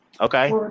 Okay